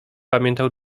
pamiętał